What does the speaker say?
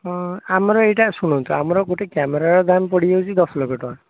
ହଁ ଆମର ଏଇଟା ଶୁଣନ୍ତୁ ଆମର ଏଇଟା ଗୋଟିଏ କ୍ୟାମେରାର ଦାମ୍ ପଡ଼ିଯାଉଛି ଦଶଲକ୍ଷ ଟଙ୍କା